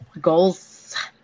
goals